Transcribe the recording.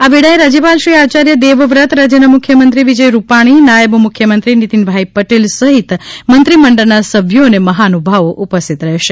આ વેળાએ રાજયપાલ શ્રી આયાર્થ દેવવ્રત રાજયના મુખ્યમંત્રી શ્રી વિજયભાઈ રૂપાણી નાથબ મુખ્યમંત્રી શ્રી નીતિનભાઈ પટેલ સહિત મંત્રીમંડળના સભ્યો અને મહાનુભાવો ઉપસ્થિત રહેશે